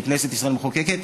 וכנסת ישראל מחוקקת,